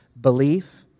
belief